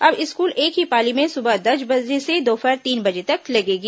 अब स्कूल एक ही पाली में सुबह दस बजे से दोपहर तीन बजे तक लगेगी